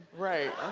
right.